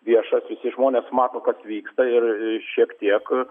viešas visi žmonės mato kas vyksta ir šiek tiek